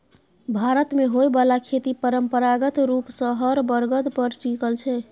भारत मे होइ बाला खेती परंपरागत रूप सँ हर बरद पर टिकल छै